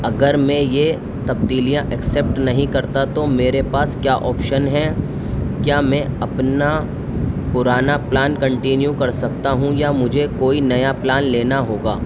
اگر میں یہ تبدیلیاں ایکسیپٹ نہیں کرتا تو میرے پاس کیا آپشن ہے کیا میں اپنا پرانا پلان کنٹینیو کر سکتا ہوں یا مجھے کوئی نیا پلان لینا ہوگا